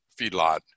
feedlot